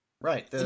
Right